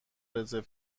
رزرو